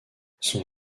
son